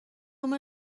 uma